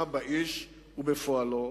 תמיכה באיש ובפועלו?